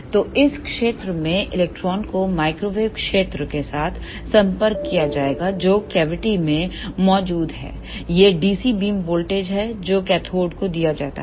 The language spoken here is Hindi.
तो इस क्षेत्र में इलेक्ट्रॉनों को माइक्रोवेव क्षेत्र के साथ संपर्क किया जाएगा जो कैविटी में मौजूद है यह DC बीम वोल्टेज है जो कैथोड को दिया जाता है